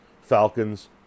Falcons